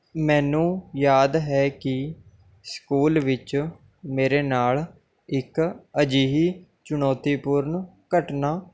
ਮੈਨੂੰ ਯਾਦ ਹੈ ਕਿ ਸਕੂਲ ਵਿੱਚ ਮੇਰੇ ਨਾਲ਼ ਇੱਕ ਅਜਿਹੀ ਚੁਣੌਤੀਪੂਰਨ ਘਟਨਾ